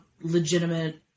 legitimate